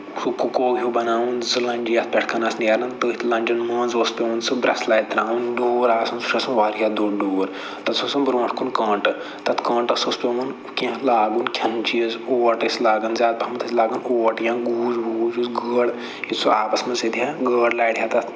کوٗ کوٚو ہیٛوٗ بَناوُن زٕ لَنٛجہِ یَتھ پٮ۪ٹھٕ کٔنہِ آسہِ نٮ۪ران تٔتھۍ لَنٛجہِ منٛز اوس پٮ۪وان سُہ برٛسلٲے ترٛاوُن ڈوٗر آسان سُہ چھُ آسان واریاہ دوٚر ڈوٗر تَتھ چھُ آسان برٛونٛٹھ کُن کٲنٛٹہٕ تَتھ کٲنٛٹَس اوس پٮ۪وان کیٚنٛہہ لاگُن کھٮ۪نہٕ چیٖز اوٚٹ ٲسۍ لاگان زیادٕ پَہمتھ ٲسۍ لاگان اوٹ یا کوٗج ووٗجۍ یُس گٲڈ ییٚلہِ سُہ آبَس منٛز سٮ۪دِہے گٲڈ لارِ ہے تَتھ